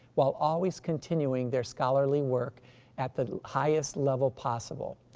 while always continuing their scholarly work at the highest level possible.